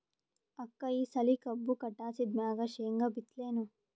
ಅಕ್ಕ ಈ ಸಲಿ ಕಬ್ಬು ಕಟಾಸಿದ್ ಮ್ಯಾಗ, ಶೇಂಗಾ ಬಿತ್ತಲೇನು?